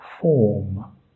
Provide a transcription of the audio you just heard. form